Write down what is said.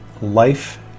life